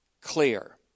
clear